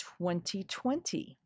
2020